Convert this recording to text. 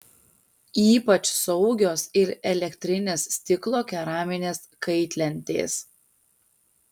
ypač saugios ir elektrinės stiklo keraminės kaitlentės